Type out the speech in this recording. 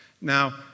Now